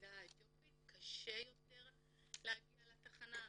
העדה האתיופית קשה יותר להגיע לתחנה.